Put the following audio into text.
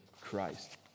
Christ